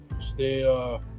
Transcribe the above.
stay